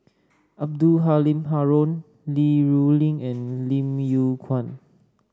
Abdul Halim Haron Li Rulin and Lim Yew Kuan